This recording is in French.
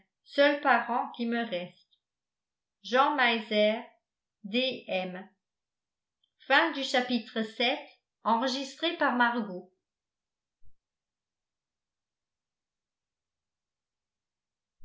seul parent qui me reste jean meiser d m